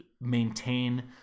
maintain